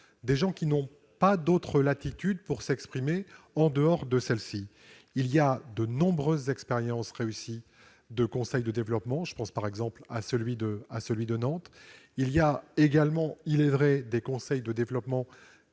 des gens qui n'ont pas d'autre latitude pour s'exprimer que celle-ci. Il existe de nombreuses expériences réussies de conseils de développement. Je pense, par exemple, à celui de Nantes. Il est vrai, d'autres conseils de développement